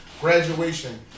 graduation